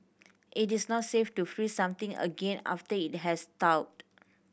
it is not safe to freeze something again after it has thawed